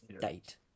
date